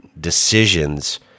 decisions